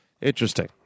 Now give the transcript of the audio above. Interesting